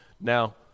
Now